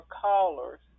callers